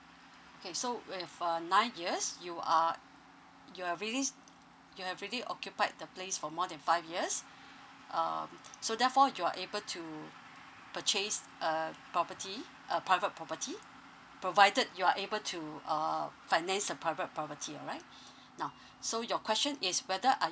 okay so with uh nine years you are you have really you have really occupied the place for more than five years um so therefore you're able to purchase a property a private property provided you're able to uh finance the private whether